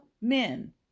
men